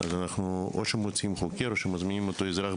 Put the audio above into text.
בהם או שאנחנו מוציאים לשטח חוקר או שמזמנים את אותו אזרח,